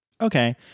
okay